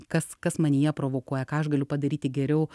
kas kas manyje provokuoja ką aš galiu padaryti geriau